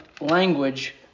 language